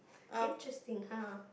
interesting ah